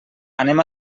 anem